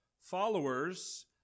followers